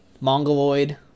mongoloid